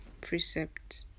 precept